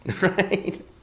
Right